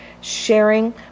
sharing